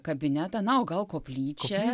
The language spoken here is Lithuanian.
kabinetą na o gal koplyčią